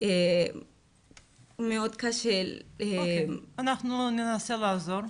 זה מאוד קשה --- אנחנו ננסה לעזור.